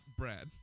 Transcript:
bread